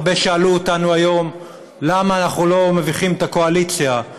הרבה שאלו אותנו היום למה אנחנו לא מביכים את הקואליציה,